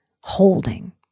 holding